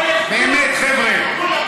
באמת, חבר'ה.